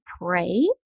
pray